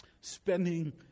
spending